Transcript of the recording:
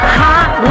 hot